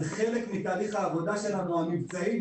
זה חלק מתהליך העבודה המבצעית שלנו.